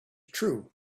true